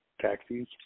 taxis